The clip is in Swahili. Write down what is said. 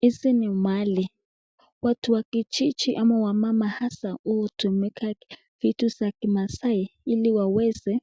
Hizi ni mali. Watu wa kijiji ama wamama hasa hutumika vitu za kimaasai ili waweze